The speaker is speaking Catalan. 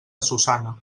susanna